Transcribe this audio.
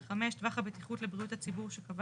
(5) טווח הבטיחות לבריאות הציבור שקבע